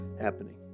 happening